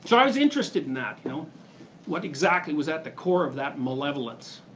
so i was interested in that. you know what exactly was at the core of that malevolence.